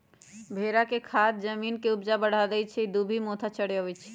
भेड़ा के खाद जमीन के ऊपजा बढ़ा देहइ आ इ दुभि मोथा चरै छइ